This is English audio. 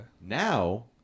Now